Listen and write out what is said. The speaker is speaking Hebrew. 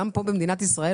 גם פה במדינת ישראל,